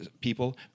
people